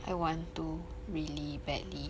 I want to really badly